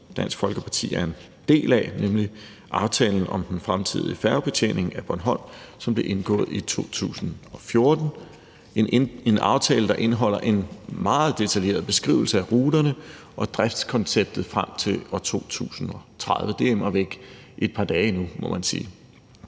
Dansk Folkeparti er en del af, nemlig aftalen om den fremtidige færgebetjening af Bornholm, som blev indgået i 2014. Det er en aftale, der indeholder en meget detaljeret beskrivelse af ruterne og driftskonceptet frem til år 2030, og det er immer væk et par dage endnu, må man sige.